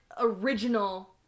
original